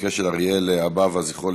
המקרה של אריאל אבאווה ז"ל,